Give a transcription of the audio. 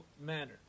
manner